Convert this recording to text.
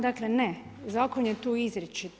Dakle ne, zakon je tu izričit.